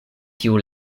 tiu